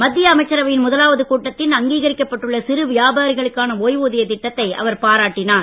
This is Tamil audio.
மத்திய அமைச்சரவையின் முதலாவது கூட்டத்தின் அங்கீரிக்கப்பட்டு உள்ள சிறு வியாபாரிகளுக்கான ஓய்வூதியத் திட்டத்தை அவர் பாராட்டினார்